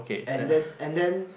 and then and then